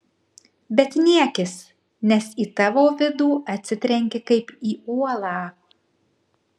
bet niekis nes į tavo vidų atsitrenki kaip į uolą